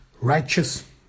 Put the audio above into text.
righteous